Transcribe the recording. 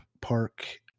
park